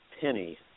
penny